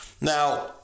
Now